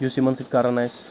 یُس یِمن سۭتۍ کران آسہِ